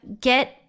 get